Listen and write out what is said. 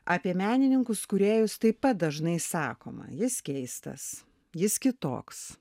apie menininkus kūrėjus taip pat dažnai sakoma jis keistas jis kitoks